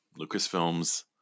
Lucasfilms